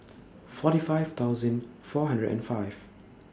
forty five thousand four hundred and five